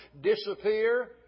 disappear